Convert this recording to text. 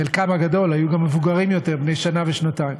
חלקם הגדול היו גם מבוגרים יותר, בני שנה ושנתיים,